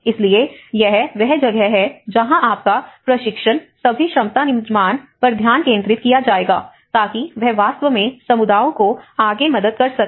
इसलिए यह वह जगह है जहां आपका प्रशिक्षण सभी क्षमता निर्माण पर ध्यान केंद्रित किया जाएगा ताकि यह वास्तव में समुदायों को आगे मदद कर सके